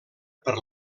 per